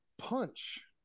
punch